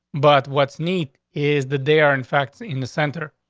but what's neat is that they are in fact in the center,